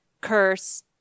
curse